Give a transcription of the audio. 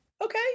okay